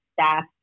staff